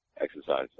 exercise